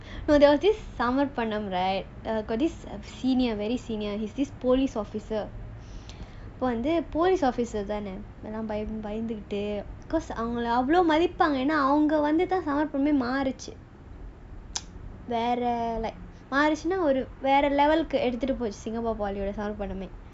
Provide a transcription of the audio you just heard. no there was this செம பணம்:sema panam right there was this senior very senior this police officer தானே நாம எதுக்கு பயந்துகிட்டு:thaanae naama edhuku bayanthukitu